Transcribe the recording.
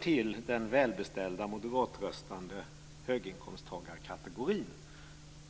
till den välbeställda moderatröstande höginkomsttagarkategorin.